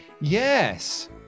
Yes